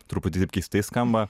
truputį taip keistai skamba